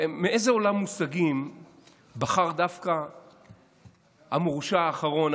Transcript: מאיזה עולם מושגים בחר דווקא המורשע האחרון,